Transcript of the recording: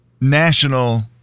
National